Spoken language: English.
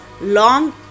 long